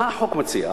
מה החוק מציע?